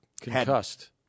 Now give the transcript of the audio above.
concussed